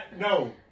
No